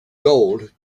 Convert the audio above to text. gold